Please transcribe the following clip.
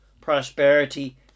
prosperity